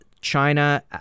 China